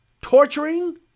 torturing